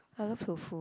I love tofu